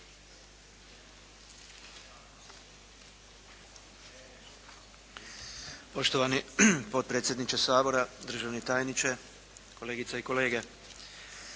Poštovani potpredsjedniče Sabora, državni tajniče, kolegice i kolege.